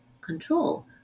control